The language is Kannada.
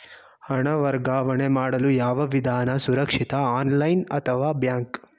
ಹಣ ವರ್ಗಾವಣೆ ಮಾಡಲು ಯಾವ ವಿಧಾನ ಸುರಕ್ಷಿತ ಆನ್ಲೈನ್ ಅಥವಾ ಬ್ಯಾಂಕ್?